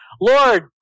Lord